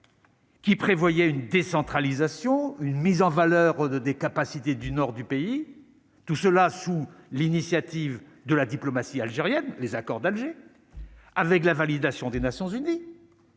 Qui prévoyait une décentralisation, une mise en valeur de des capacités du nord du pays, tout cela sous l'initiative de la diplomatie algérienne, les accords d'Alger avec la validation des Nations unies